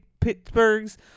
Pittsburgh's